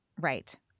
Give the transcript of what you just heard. right